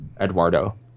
eduardo